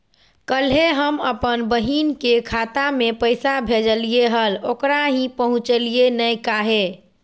कल्हे हम अपन बहिन के खाता में पैसा भेजलिए हल, ओकरा ही पहुँचलई नई काहे?